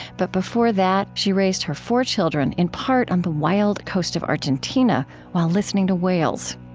but before that, she raised her four children in part on the wild coast of argentina while listening to whales.